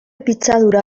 pitzadura